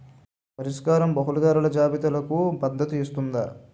పరిష్కారం బహుళ ధరల జాబితాలకు మద్దతు ఇస్తుందా?